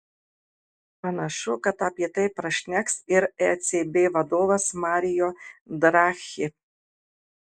panašu kad apie tai prašneks ir ecb vadovas mario draghi